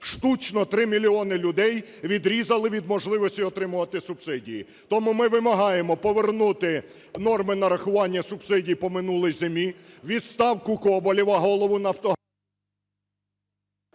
Штучно 3 мільйони людей відрізали від можливості отримувати субсидії. Тому ми вимагаємо: повернути норми нарахування субсидій по минулій зимі, відставку Коболєва, голову… ГОЛОВУЮЧИЙ.